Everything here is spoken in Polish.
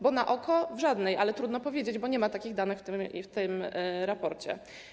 Bo na oko w żadnej, ale trudno powiedzieć, bo nie ma takich danych w tym raporcie.